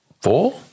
four